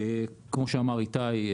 כמו שאמר איתי,